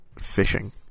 fishing